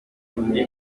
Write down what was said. undi